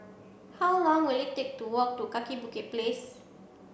how long will it take to walk to Kaki Bukit Place